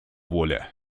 воля